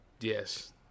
Yes